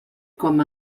com